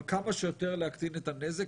אבל כמה שיותר להקטין את הנזק,